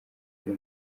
byo